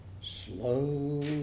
slow